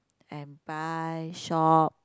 and buy shop